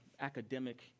academic